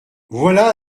voilà